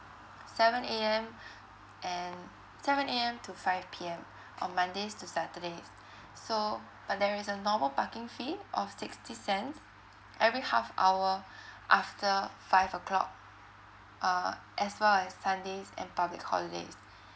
seven A_M and seven A_M to five P_M on mondays to saturdays so and there is a normal parking fee of sixty cents every half hour after five o'clock uh as well as sundays and public holidays